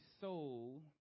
soul